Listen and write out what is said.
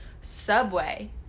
Subway